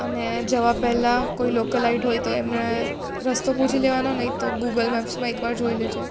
અને જવા પહેલાં કોઈ લોકલાઇટ હોય તો એમને રસ્તો પૂછી લેવાનો નહીં તો ગૂગલ મેપ્સમાં એકવાર જોઈ લેજે